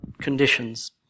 conditions